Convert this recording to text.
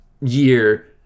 year